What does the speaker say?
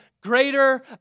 greater